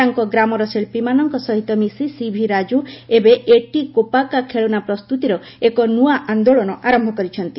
ତାଙ୍କ ଗ୍ରାମର ଶିଳ୍ପୀମାନଙ୍କ ସହିତ ମିଶି ସିଭି ରାଜୁ ଏବେ ଏଟି କୋପାକା ଖେଳନା ପ୍ରସ୍ତୁତିର ଏକ ନୂଆ ଆନ୍ଦୋଳନ ଆରମ୍ଭ କରିଛନ୍ତି